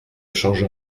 change